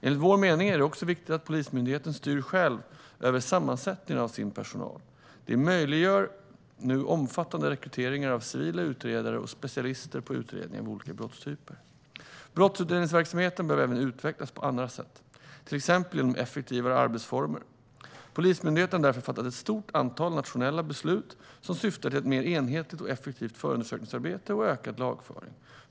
Enligt vår mening är det också viktigt att Polismyndigheten själv styr över sammansättningen av sin personal. Det möjliggör nu omfattande rekryteringar av civila utredare och specialister på utredningar av olika brottstyper. Brottsutredningsverksamheten behöver även utvecklas på andra sätt, till exempel genom effektivare arbetsformer. Polismyndigheten har därför fattat ett stort antal nationella beslut som syftar till ett mer enhetligt och effektivt förundersökningsarbete och ökad lagföring.